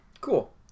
Cool